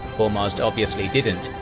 hormozd obviously didn't,